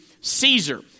Caesar